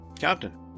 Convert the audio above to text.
Captain